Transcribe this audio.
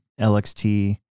LXT